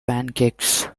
pancakes